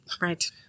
right